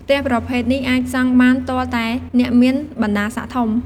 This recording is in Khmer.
ផ្ទះប្រភេទនេះអាចសង់បានទាល់តែអ្នកមានបណ្តាសិក្ត័ធំ។